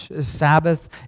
Sabbath